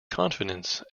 confidence